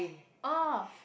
oh